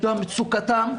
את מצוקתם,